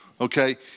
Okay